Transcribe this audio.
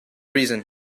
reason